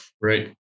Right